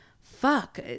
fuck